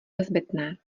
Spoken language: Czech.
nezbytné